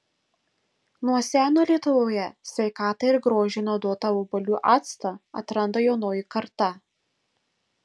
nuo seno lietuvoje sveikatai ir grožiui naudotą obuolių actą atranda jaunoji karta